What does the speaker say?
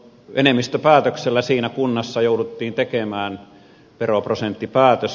enemmistöpäätöksellä siinä kunnassa jouduttiin tekemään veroprosenttipäätös